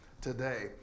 today